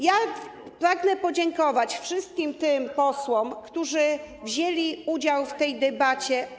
Ja pragnę podziękować wszystkim tym posłom, którzy wzięli udział w tej debacie.